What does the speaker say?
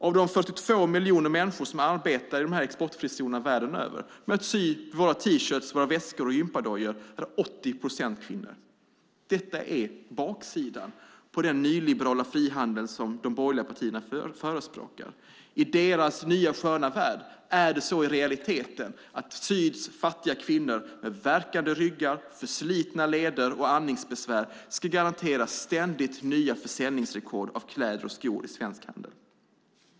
Av de 42 miljoner människor som arbetar i exportfrizonerna världen över med att sy våra T-shirts, väskor och jympadojor är 80 procent kvinnor. Detta är baksidan av den nyliberala frihandel som de borgerliga partierna förespråkar. I deras nya sköna värld ska i realiteten syds fattiga kvinnor med värkande ryggar, förslitna leder och andningsbesvär garantera ständigt nya försäljningsrekord av kläder och skor i den svenska handeln.